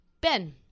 Ben